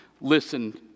Listen